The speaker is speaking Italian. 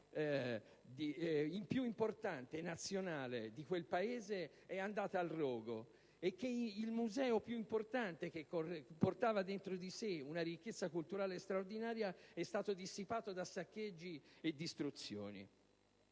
nazionale più importante di quel Paese è andata al rogo e che il museo più importante, che aveva al proprio interno una ricchezza culturale straordinaria, è stato dissipato da saccheggi e distruzioni.